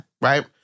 Right